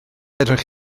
fedrwch